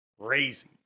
crazy